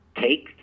take